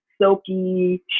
silky